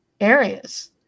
areas